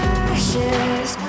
ashes